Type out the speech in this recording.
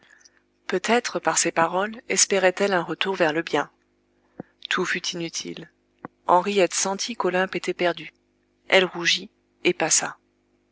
peut-être par ces paroles espérait elle un retour vers le bien tout fut inutile henriette sentit qu'olympe était perdue elle rougit et passa